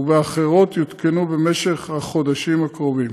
ובאחרות יותקנו במשך החודשים הקרובים.